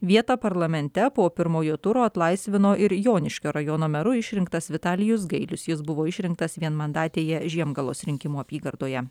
vietą parlamente po pirmojo turo atlaisvino ir joniškio rajono meru išrinktas vitalijus gailius jis buvo išrinktas vienmandatėje žiemgalos rinkimų apygardoje